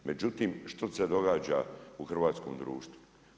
Međutim, što se događa u hrvatskom društvu?